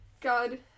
God